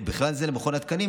ובכלל זה למכון התקנים,